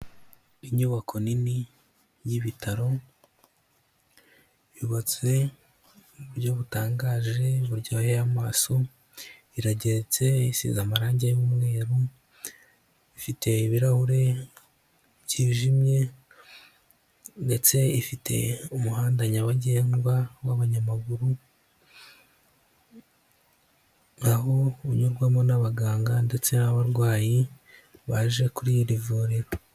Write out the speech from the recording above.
Inyubako nini y'ibitaro, yubatse mu buryo butangaje buryoheye amaso, irageretse, isize amarangi y'umweru, ifite ibirahure byijimye ndetse ifite umuhanda nyabagendwa w'abanyamaguru, aho unyurwamo n'abaganga ndetse n'abarwayi baje kuri iri vuriro.